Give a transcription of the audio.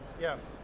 yes